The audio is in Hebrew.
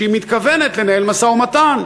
שהיא מתכוונת לנהל משא-ומתן,